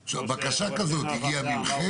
בצדק --- בקשה כזאת הגיעה ממכם?